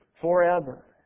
forever